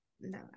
no